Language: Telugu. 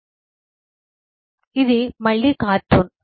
సమయం 2605 స్లైడ్ చూడండి కాబట్టి ఇది మళ్ళీ కార్టూన్